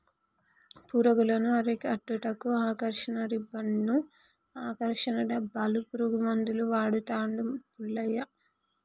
పురుగులను అరికట్టుటకు ఆకర్షణ రిబ్బన్డ్స్ను, ఆకర్షణ డబ్బాలు, పురుగుల మందులు వాడుతాండు పుల్లయ్య